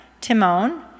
Timon